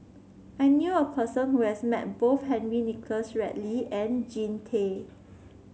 I knew a person who has met both Henry Nicholas Ridley and Jean Tay